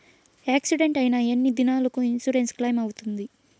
Accident అయిన ఎన్ని దినాలకు ఇన్సూరెన్సు క్లెయిమ్ అవుతుంది?